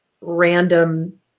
random